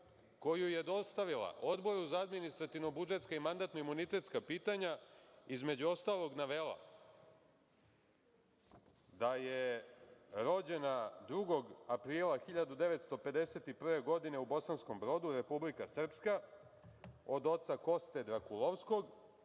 koju je dostavila Odboru za administrativno-budžetska i mandatno-imunitetska pitanja, između ostalog, navela da je rođena 2. aprila 1951. godine u Bosanskom Brodu, Republika Srpska, od oca Koste Drakulovskog,